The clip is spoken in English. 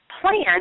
plan